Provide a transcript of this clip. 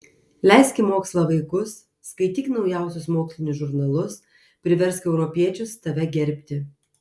leisk į mokslą vaikus skaityk naujausius mokslinius žurnalus priversk europiečius tave gerbti